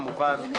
כמובן,